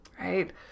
right